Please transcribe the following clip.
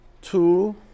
two